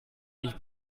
ich